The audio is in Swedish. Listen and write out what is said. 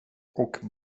och